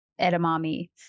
edamame